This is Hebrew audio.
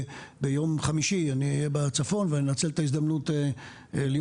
ביום חמישי אני אהיה בצפון ואני אנצל את ההזדמנות להיות